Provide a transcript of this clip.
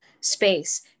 space